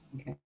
Okay